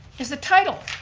is the title,